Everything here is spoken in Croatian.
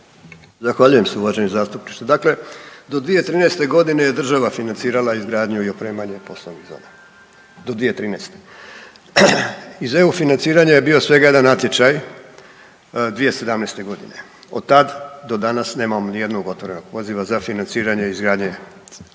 Zahvaljujem se uvaženi zastupniče. Dakle, do 2013. godine je država financirala izgradnju i opremanje poslovnih zona, do 2013. Iz EU financiranja je bio svega jedan natječaj 2017. godine, od tad do danas nemamo ni jednog otvorenog poziva za financiranje izgradnje iz